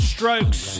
Strokes